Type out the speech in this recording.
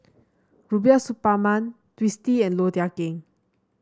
Rubiah Suparman Twisstii and Low Thia Khiang